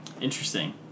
Interesting